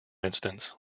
instance